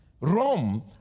Rome